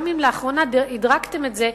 גם אם לאחרונה דירגתם את זה,